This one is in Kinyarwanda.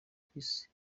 kw’isi